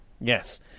Yes